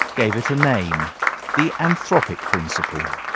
gave it a name the anthropic principle.